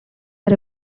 are